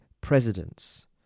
presidents